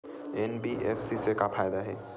NBFC से का फ़ायदा हे?